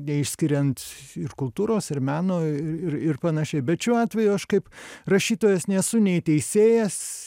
neišskiriant ir kultūros ir meno ir ir panašiai bet šiuo atveju aš kaip rašytojas nesu nei teisėjas